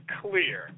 clear